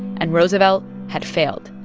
and roosevelt had failed.